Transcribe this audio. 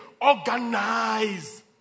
organize